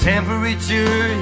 Temperature